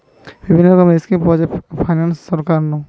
বিভিন্ন রকমের স্কিম পাওয়া যায় ফাইনান্সে সরকার নু